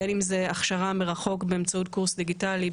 בין אם זה הכשרה מרחוק באמצעות קורס דיגיטלי,